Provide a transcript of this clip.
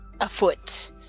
afoot